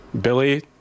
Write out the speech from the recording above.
Billy